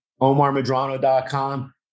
omarmadrano.com